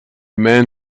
man